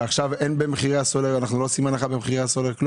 ועכשיו אנחנו לא עושים הנחה במחירי הסולר?